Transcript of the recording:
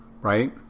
right